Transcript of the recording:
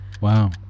wow